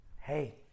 Hey